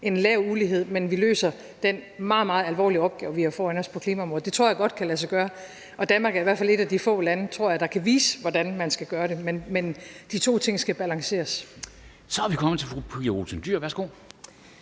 af ulighed, og løser den meget, meget alvorlige opgave, vi har foran os på klimaområdet. Det tror jeg godt kan lade sig gøre, og Danmark er i hvert fald et af de få lande, tror jeg, der kan vise, hvordan man skal gøre det. Men de to ting skal balanceres. Kl. 13:12 Formanden (Henrik